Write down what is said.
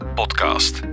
podcast